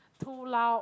too loud